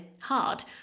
hard